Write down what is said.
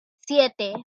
siete